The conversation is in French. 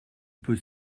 peut